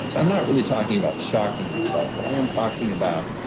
so i'm not really talking about shocking herself, but i am talking about,